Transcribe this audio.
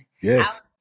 Yes